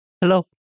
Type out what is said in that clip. hello